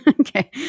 Okay